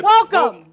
Welcome